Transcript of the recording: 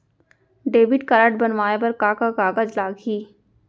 Debit card बनवाये बर का का कागज लागही?